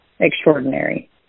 extraordinary